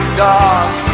dark